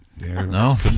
no